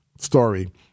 story